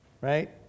right